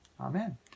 Amen